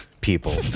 people